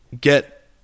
get